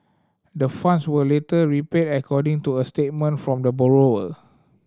the funds were later repaid according to a statement from the borrower